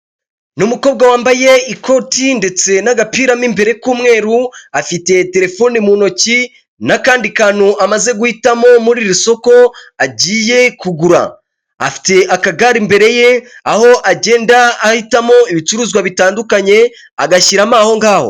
Ni umukobwa wambaye ikoti ndetse n'agapira mo imbere k'umweru, afite telefone mu ntoki n'akandi kantu amaze guhitamo muri iri soko agiye kugura, afite akagare imbere ye aho agenda ahitamo ibicuruzwa bitandukanye agashyiramo aho ngaho.